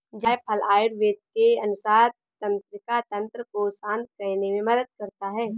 जायफल आयुर्वेद के अनुसार तंत्रिका तंत्र को शांत करने में मदद करता है